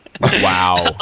Wow